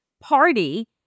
party